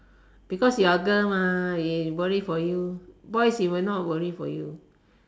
because you are girl mah worry for you if you're a boy won't worry for you